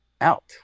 out